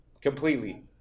completely